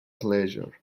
pleasure